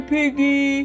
Piggy